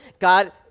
God